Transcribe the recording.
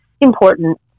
important